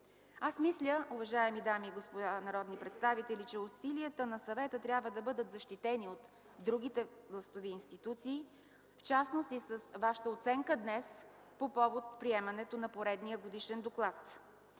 Аз мисля, уважаеми дами и господа народни представители, че усилията на съвета трябва да бъдат защитени от другите властови институции, в частност и с вашата оценка днес по повод приемането на поредния годишен доклад,